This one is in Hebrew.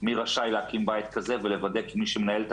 מי רשאי להקים בית כזה ולוודא כי מי שמנהל את